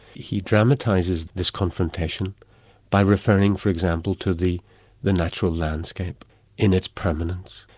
he dramatises this confrontation by referring for example, to the the natural landscape in its permanence,